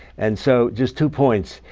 and so just two points,